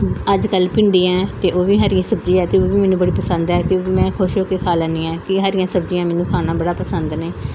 ਅੱਜ ਕੱਲ੍ਹ ਭਿੰਡੀਆਂ ਅਤੇ ਉਹ ਵੀ ਹਰੀ ਸਬਜ਼ੀ ਹੈ ਅਤੇ ਉਹ ਵੀ ਮੈਨੂੰ ਬੜੀ ਪਸੰਦ ਆ ਅਤੇ ਉਹ ਵੀ ਮੈਂ ਖੁਸ਼ ਹੋ ਕੇ ਖਾ ਲੈਂਦੀ ਹਾਂ ਕਿ ਹਰੀਆਂ ਸਬਜ਼ੀਆਂ ਮੈਨੂੰ ਖਾਣਾ ਬੜਾ ਪਸੰਦ ਨੇ